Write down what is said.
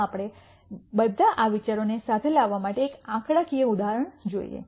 ચાલો આપણે બધા આ વિચારોને સાથે લાવવા માટે એક આંકડાકીય ઉદાહરણ જોઈએ